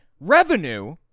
revenue